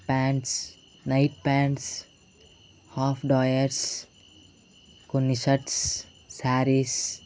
pants night pants of drawers కొన్ని shirts saris